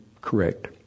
correct